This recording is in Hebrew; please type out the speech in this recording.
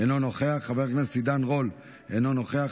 אינו נוכח,